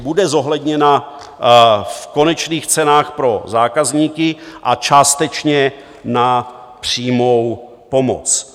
Bude zohledněna v konečných cenách pro zákazníky a částečně na přímou pomoc.